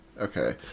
Okay